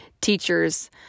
teachers